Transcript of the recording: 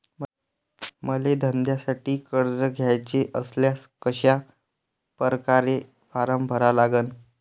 मले धंद्यासाठी कर्ज घ्याचे असल्यास कशा परकारे फारम भरा लागन?